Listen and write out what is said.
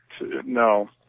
No